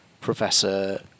professor